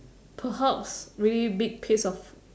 perhaps really big piece of